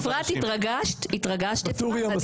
אפרת, התרגשת אתמול?